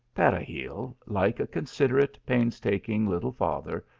peregil, like a considerate, painstaking little father,